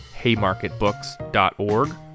haymarketbooks.org